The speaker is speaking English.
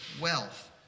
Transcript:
wealth